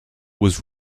was